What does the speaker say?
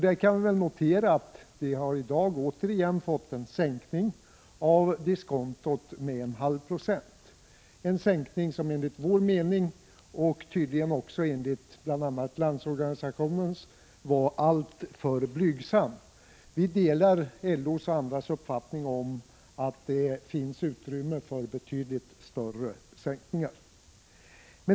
Här kan man notera att vi i dag återigen har fått en sänkning av diskontot — med 0,5 96, en sänkning som enligt vår mening, och tydligen också enligt bl.a. Landsorganisationens, var alltför blygsam. Vi delar Landsorganisationens och andras uppfattning att det finns utrymme för betydligt större sänkningar.